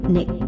Nick